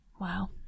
Wow